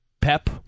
Pep